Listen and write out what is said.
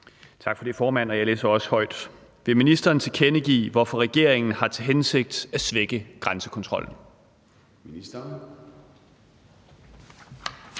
Tak for det, formand, og jeg læser også højt: Vil ministeren tilkendegive, hvorfor regeringen har til hensigt at svække grænsekontrollen? Kl.